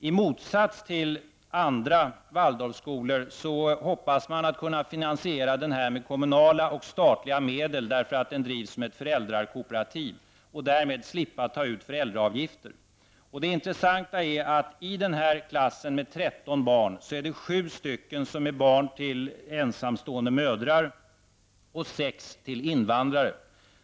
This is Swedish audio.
I motsats till vad som är fallet med andra Waldorfskolor hoppas man kunna finansiera den med kommunala och statliga medel, eftersom den drivs som ett föräldrakooperativ och därmed slippa att ta ut föräldraavgifter. Det intressanta är att det i den här klassen med 13 barn finns 7 som är barn till ensamstående mödrar och 6 som är barn till invandrare.